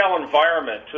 environment